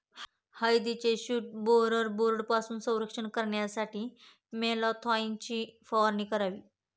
हळदीचे shoot borer बोर्डपासून संरक्षण करण्यासाठी मॅलाथोईनची फवारणी करावी